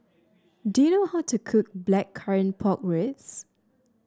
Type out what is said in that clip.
do you know how to cook Blackcurrant Pork Ribs